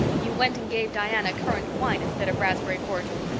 you went and gave diana currant wine instead of raspberry cordial.